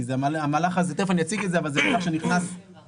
כי זה דבר שנכנס בהדרגה.